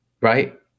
right